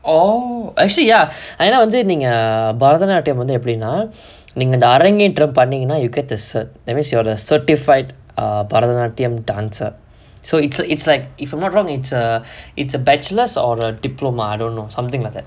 oh actually ya ஏனா வந்து நீங்க பரதனாட்டியம் வந்து எப்டினா நீங்க இந்த அறங்கேற்றம் பண்ணீங்கனா:yaenaa vanthu neenga bharathanaatiyam vanthu epdinaa neenga intha arangetram panneenganaa you know you get the certificate that means you order certified பரதனாட்டியம்:barathanaatiyam dancer so it's err it's like if I'm not wrong it's a it's a bachelors or a diploma don't know something like that